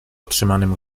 otrzymanym